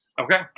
Okay